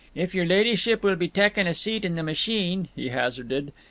if yer leddyship will be tackin' a seat in the machine, he hazarded,